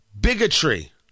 bigotry